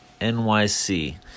NYC